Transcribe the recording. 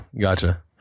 Gotcha